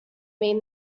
mean